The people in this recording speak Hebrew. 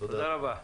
תודה רבה.